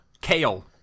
Kale